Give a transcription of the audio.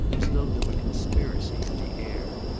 as though there were conspiracy in the air.